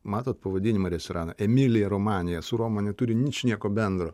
matot pavadinimą restorano emilija romanija su roma neturi ničnieko bendro